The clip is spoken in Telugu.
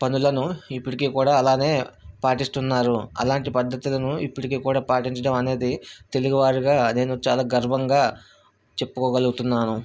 పనులను ఇప్పటికీ కూడా అలానే పాటిస్తున్నారు అలాంటి పద్ధతులను ఇప్పటికీ కూడా పాటించటం అనేది తెలుగువారిగా నేను చాలా గర్వంగా చెప్పుకోగలుగుతున్నాను